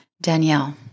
Danielle